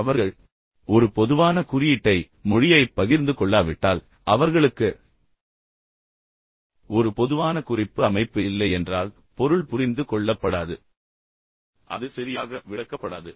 அவர்கள் ஒரு பொதுவான குறியீட்டைப் பகிர்ந்து கொள்ளாவிட்டால் அவர்கள் ஒரு பொதுவான மொழியைப் பகிர்ந்து கொள்ளாவிட்டால் அவர்களுக்கு ஒரு பொதுவான குறிப்பு அமைப்பு இல்லையென்றால் பொருள் புரிந்து கொள்ளப்படாது அது சரியாக விளக்கப்படாது